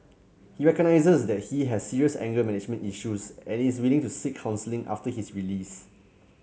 he recognises that he has serious anger management issues and is willing to seek counselling after his release